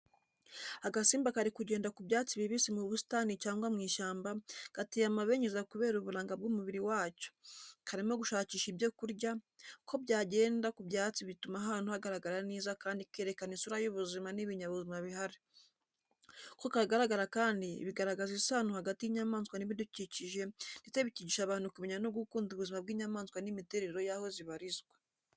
Agasimba kari kugenda ku byatsi bibisi mu busitani cyangwa mu ishyamba, gateye amabengeza kubera uburanga bw’umubiri wacyo, karimo gushakisha ibyo kurya. Uko kagenda ku byatsi bituma ahantu hagaragara neza kandi kerekana isura y’ubuzima n’ibinyabuzima bihari. Uko kagaragara kandi bigaragaza isano hagati y’inyamaswa n’ibidukikije, ndetse bikigisha abantu kumenya no gukunda ubuzima bw’inyamaswa n’imiterere y’aho zibarizwa.